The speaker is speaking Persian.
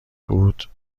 بود